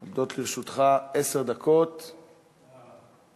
עומדות לרשותך עשר דקות מלאות.